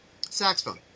Saxophone